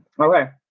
Okay